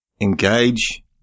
engage